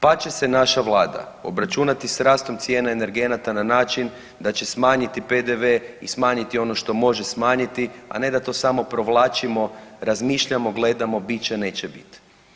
Pa će se naša vlada obračunati s rastom cijena energenata na način da će smanjiti PDV i smanjiti ono što može smanjiti, a ne da to samo provlačimo, razmišljamo, gledamo bit će, neće biti.